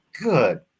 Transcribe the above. good